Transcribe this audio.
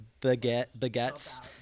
baguettes